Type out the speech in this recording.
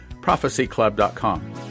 prophecyclub.com